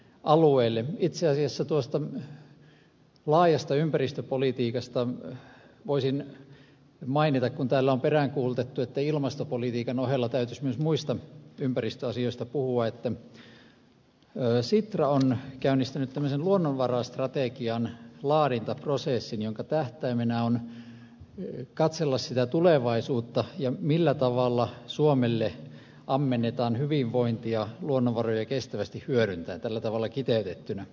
itse asiassa tuosta laajasta ympäristöpolitiikasta voisin mainita kun täällä on peräänkuulutettu että ilmastopolitiikan ohella täytyisi myös muista ympäristöasioista puhua että sitra on käynnistänyt tämmöisen luonnonvarastrategian laadintaprosessin jonka tähtäimenä on katsella tulevaisuutta ja sitä millä tavalla suomelle ammennetaan hyvinvointia luonnonvaroja kestävästi hyödyntäen tällä tavalla kiteytettynä